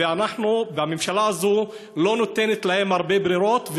והממשלה הזאת לא נותנת להם הרבה ברירות.